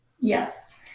Yes